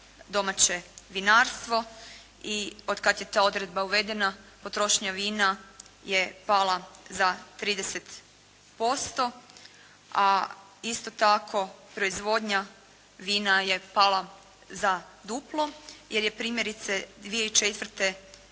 domaće vinarstvo. I od kad je ta odredba uvedena potrošnja vina je pala za 30%, a isto tako proizvodnja vina je pala za duplo jer je primjerice 2004.